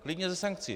Klidně ze sankcí.